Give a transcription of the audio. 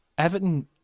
Everton